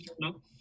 No